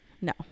no